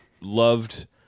loved